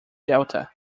delta